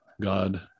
God